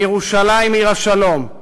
מירושלים, עיר השלום,